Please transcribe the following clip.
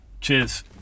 Cheers